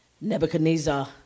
Nebuchadnezzar